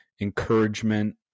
encouragement